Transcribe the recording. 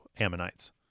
Ammonites